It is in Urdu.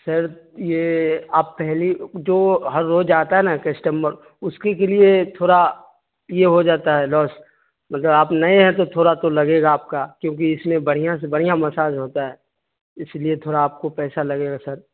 سر یہ آپ پہلی جو ہر روز آتا ہے نا کسٹمر اس کی لیے تھوڑا یہ ہو جاتا ہے لوس مطلب آپ نئے ہیں تو تھوڑا تو لگے گا آپ کا کیونکہ اس میں بڑھیاں سے بڑھیاں مساج ہوتا ہے اس لیے تھوڑا آپ کو پیسہ لگے گا سر